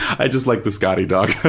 i just like the scottie dog,